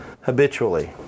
habitually